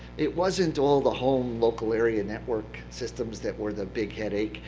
it wasn't all the home local area network systems that were the big headache,